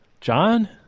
John